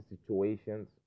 situations